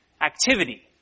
activity